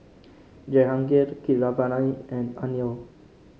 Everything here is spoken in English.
Jehangirr Keeravani and Anil